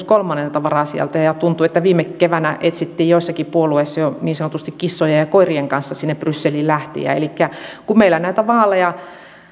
kolmannelta varasijalta ja ja tuntuu että viime keväänä etsittiin joissakin puolueissa jo niin sanotusti kissojen ja koirien kanssa sinne brysseliin lähtijää elikkä kun meillä näitä vaaleja